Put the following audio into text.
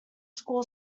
school